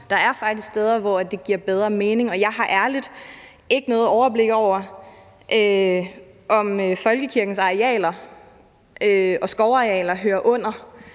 Der er faktisk steder, hvor det giver bedre mening. Jeg har helt ærligt ikke noget overblik over, om folkekirkens arealer – og skovarealer – hører under